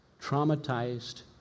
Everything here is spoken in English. traumatized